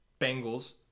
Bengals